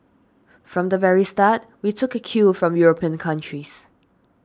from the very start we took a cue from European countries